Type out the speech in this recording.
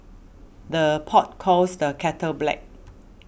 the pot calls the kettle black